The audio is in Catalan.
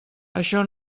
això